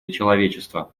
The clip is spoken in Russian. человечества